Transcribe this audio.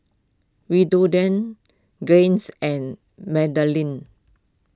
Willodean Gaines and Madalynn